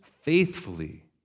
faithfully